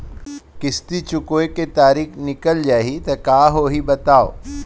किस्ती चुकोय के तारीक निकल जाही त का होही बताव?